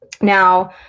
Now